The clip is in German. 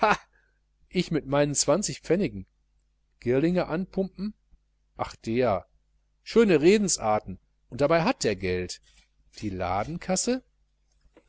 ich mit meinen zwanzig pfennigen girlinger anpumpen ach der schöne redensarten und dabei hat er geld die ladenkasse